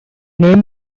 name